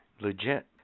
Legit